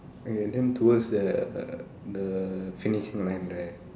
okay then towards the the finishing line right